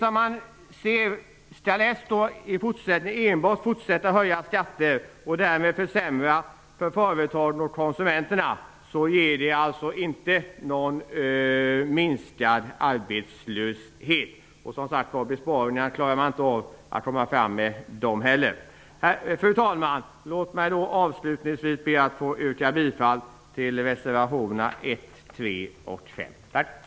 Om man i fortsättningen enbart skall höja skatter och därmed försämra för företagen och konsumenterna blir det inte någon minskad arbetslöshet. Man klarar, som sagt, inte heller av att göra besparingar. Fru talman! Låt mig avslutningsvis be att få yrka bifall till reservationerna 1, 3 och 5. Tack!